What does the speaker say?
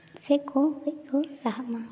ᱥᱮᱡ ᱠᱚ ᱠᱟᱹᱡ ᱠᱚ ᱞᱟᱦᱟᱜ ᱢᱟ